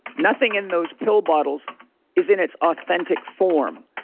nothing in those pill bottles is in its authentic form.